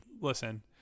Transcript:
listen